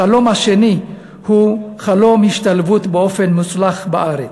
החלום השני הוא חלום ההשתלבות באופן מוצלח בארץ.